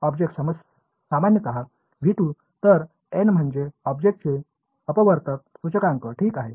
object सामान्यत V2 तर n म्हणजे ऑब्जेक्ट चे अपवर्तक सूचकांक ठीक आहे